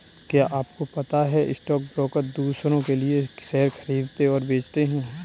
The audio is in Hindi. क्या आपको पता है स्टॉक ब्रोकर दुसरो के लिए शेयर खरीदते और बेचते है?